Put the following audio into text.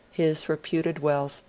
his reputed wealth,